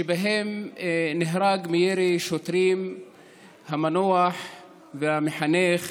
שבהם נהרג מירי שוטרים המנוח המחנך